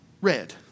red